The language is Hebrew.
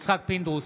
יצחק פינדרוס,